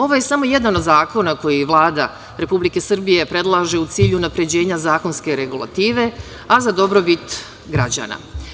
Ovo je samo jedan od zakona koji Vlada Republike Srbije predlaže u cilju unapređenja zakonske regulative, a za dobrobit građana.